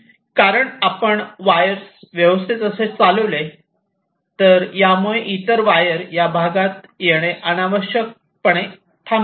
कारण जर आपण वायर व्यवस्थित असे चालविले तर यामुळे इतर वायर या भागात येणे अनावश्यकपणे थांबेल